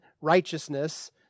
righteousness